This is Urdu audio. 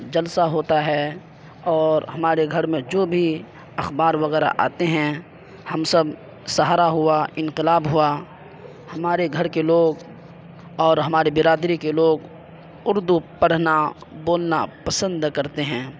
جلسہ ہوتا ہے اور ہمارے گھر میں جو بھی اخبار وغیرہ آتے ہیں ہم سب سہارا ہوا انقلاب ہوا ہمارے گھر کے لوگ اور ہمارے برادری کے لوگ اردو پڑھنا بولنا پسند کرتے ہیں